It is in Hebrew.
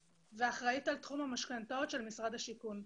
ואחראית על תחום המשכנתאות של משרד השיכון.